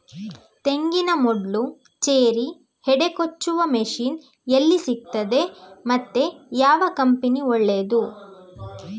ತೆಂಗಿನ ಮೊಡ್ಲು, ಚೇರಿ, ಹೆಡೆ ಕೊಚ್ಚುವ ಮಷೀನ್ ಎಲ್ಲಿ ಸಿಕ್ತಾದೆ ಮತ್ತೆ ಯಾವ ಕಂಪನಿ ಒಳ್ಳೆದು?